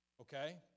Okay